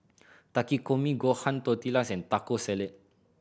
Takikomi Gohan Tortillas and Taco Salad